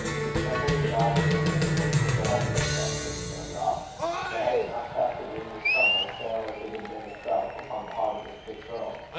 it trembled and died in her hand which was a heavenly death for a snowdrop for had it not cast a gleam of summer, pale as it had been itself, upon the heart of a sick girl?